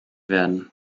werden